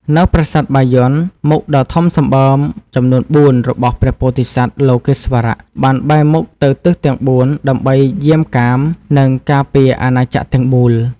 នៅប្រាសាទបាយ័ន មុខដ៏ធំសម្បើមចំនួនបួនរបស់ព្រះពោធិសត្វលោកេស្វរៈបានបែរមុខទៅទិសទាំងបួនដើម្បីយាមកាម និងការពារអាណាចក្រទាំងមូល។